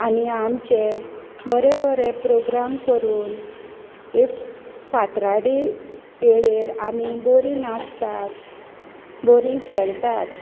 आनी आमचे बरें बरें प्रोग्राम करून इफ फातराडे येळेर आमी बोरी नाचतात बोरीं खेळटात